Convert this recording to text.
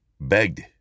begged